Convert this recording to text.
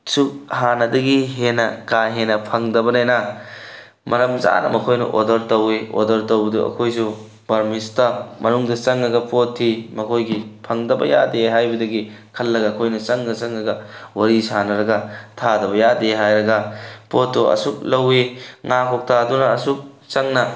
ꯁꯨ ꯍꯥꯟꯅꯗꯒꯤ ꯍꯦꯟꯅ ꯀꯥ ꯍꯦꯟꯅ ꯐꯪꯗꯕꯅꯤꯅ ꯃꯔꯝ ꯆꯥꯅ ꯃꯈꯣꯏꯅ ꯑꯣꯔꯗꯔ ꯇꯧꯋꯤ ꯑꯣꯔꯗꯔ ꯇꯧꯕꯗꯣ ꯑꯩꯈꯣꯏꯁꯨ ꯕꯥꯔꯃꯤꯁꯇ ꯃꯅꯨꯡꯗ ꯆꯪꯉꯒ ꯄꯣꯠ ꯊꯤ ꯃꯈꯣꯏꯒꯤ ꯐꯪꯗꯕ ꯌꯥꯗꯦ ꯍꯥꯏꯕꯗꯒꯤ ꯈꯜꯂꯒ ꯑꯩꯈꯣꯏꯅ ꯆꯪꯉ ꯆꯪꯉꯒ ꯋꯥꯔꯤ ꯁꯥꯟꯅꯔꯒ ꯊꯥꯗꯕ ꯌꯥꯗꯦ ꯍꯥꯏꯔꯒ ꯄꯣꯠꯇꯣ ꯑꯁꯨꯛ ꯂꯧꯏ ꯉꯥ ꯀꯧꯇꯥꯗꯨꯅ ꯑꯁꯨꯛ ꯆꯪꯅ